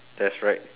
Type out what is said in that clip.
that's right